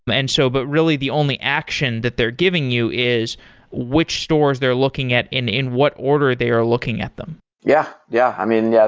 and so but really the only action that they're giving you is which stores they're looking at and in what order they are looking at them yeah, yeah. i mean, yeah